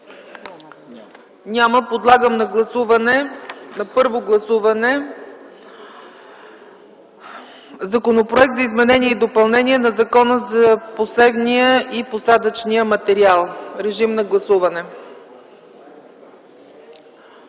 Няма. Подлагам на първо гласуване Законопроект за изменение и допълнение на Закона за посевния и посадъчния материал. Гласували